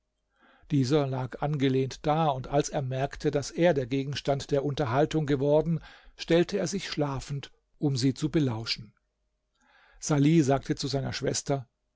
dieser lag angelehnt da und als er merkte daß er der gegenstand der unterhaltung geworden stellte er sich schlafend um sie zu belauschen salih sagte zu seiner schwester